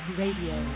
radio